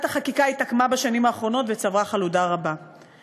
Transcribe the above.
החקיקה התעקמה בשנים האחרונות וצברה חלודה רבה מאוד".